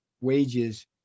wages